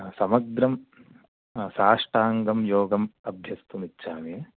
समग्रं साष्टाङ्गं योगम् अभ्यस्तुम् इच्छामि